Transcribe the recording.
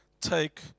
take